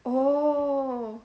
oh